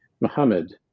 Muhammad